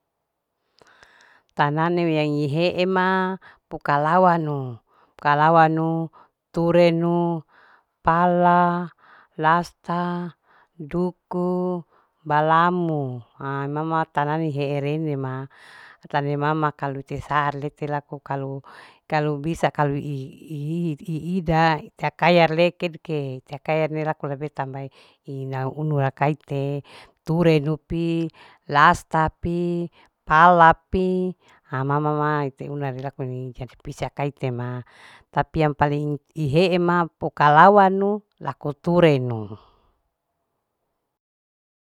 Tanane wea ihe'e ma puka lawanu, puka lwanu. turenu pala. lasta, duku balamo haimama ta nani he'erene ma utane mama kalu cesar lete laku kalu bisa kalu ihii. iida tea kaya leker ke tea kaya ne laku labe tamba ina unu lakaite ture dupi, lasta pi. pala pi ha mama ma ute una ri laku aka ite ma tapi yang paleng ihe'e ma pokalawa nu laku ture nu.